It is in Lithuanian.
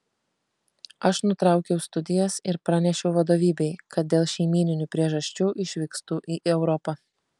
aš nutraukiau studijas ir pranešiau vadovybei kad dėl šeimyninių priežasčių išvykstu į europą